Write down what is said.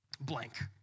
Blank